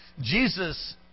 Jesus